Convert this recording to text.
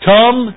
Come